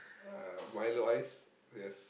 uh Milo ice yes